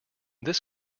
this